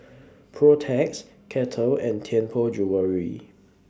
Protex Kettle and Tianpo Jewellery